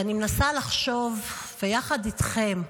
אני מנסה לחשוב יחד איתכם,